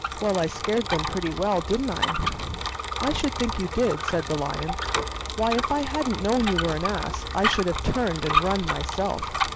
well, i scared them pretty well, didn't i? i should think you did, said the lion why, if i hadn't known you were an ass, i should have turned and run myself.